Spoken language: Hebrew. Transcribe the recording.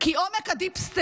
כי עומק ה-deep state